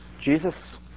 Jesus